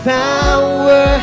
power